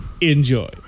enjoy